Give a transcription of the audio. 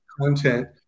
content